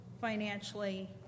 financially